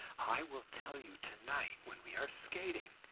i will tell you to-night when we are skating,